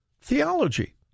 theology